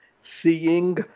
seeing